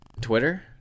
twitter